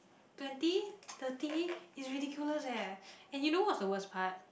twenty thirty is ridiculous leh and you know what's the worst part